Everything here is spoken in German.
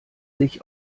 sich